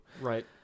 right